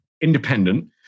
independent